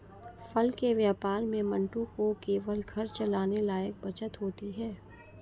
फल के व्यापार में मंटू को केवल घर चलाने लायक बचत होती है